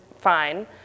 fine